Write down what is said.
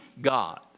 God